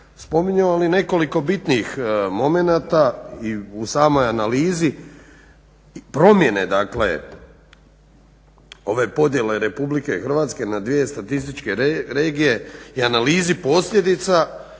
spominjao ali nekoliko bitnih momenata i u samoj analizi. Promjene dakle ove podjele RH na 2 statističke regije i analizi posljedica